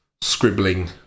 scribbling